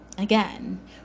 again